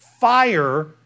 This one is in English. Fire